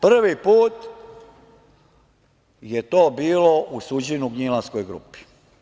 Prvi put je to bilo u suđenju „Gnjilanskoj grupi“